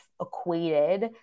equated